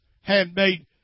handmade